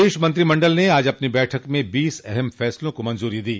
प्रदेश मंत्रिमंडल ने आज अपनी बैठक में बीस अहम फैसलों को मंजूरी दी